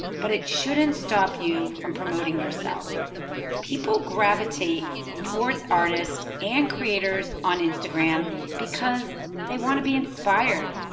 but it shouldn't stop you from promoting yourself people gravitate towards artists and creators on instagram because they want to be inspired.